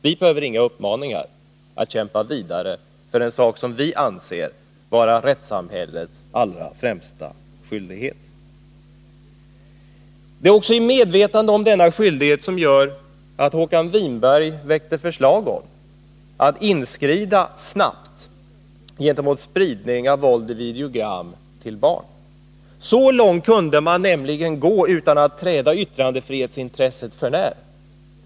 Vi behöver inga uppmaningar att kämpa vidare för en sak som vi anser att det är rättsamhällets allra främsta skyldighet att kämpa för. Det är också medvetandet om denna skyldighet som gjort att Håkan Winberg som justitieminister väckte förslag om att man skall inskrida snabbt gentemot spridning av våld i videogram till barn. Så långt kunde man nämligen gå utan att träda yttrandefrihetens intresse för när.